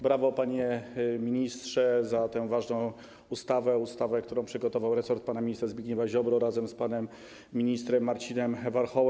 Brawo, panie ministrze, za tę ważną ustawę, ustawę, którą przygotował resort pana ministra Zbigniewa Ziobry razem z panem ministrem Marcinem Warchołem.